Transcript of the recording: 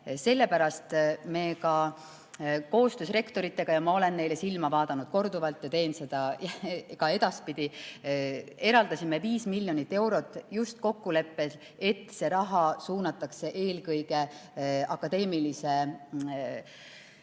Sellepärast me ka koostöös rektoritega – ja ma olen neile silma vaadanud, korduvalt, ja teen seda ka edaspidi – eraldasime 5 miljonit eurot just kokkuleppel, et see raha suunatakse eelkõige akadeemiliste